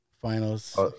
Finals